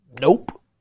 nope